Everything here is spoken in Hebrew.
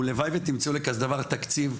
ולוואי שתמצאו לכזה דבר תקציב.